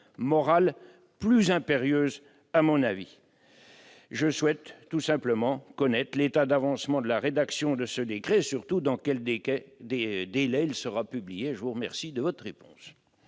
morale plus impérieuse. Je souhaite tout simplement connaître l'état d'avancement de la rédaction du décret en cause et surtout savoir dans quel délai celui-ci sera publié. Je vous remercie de votre réponse.